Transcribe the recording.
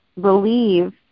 believe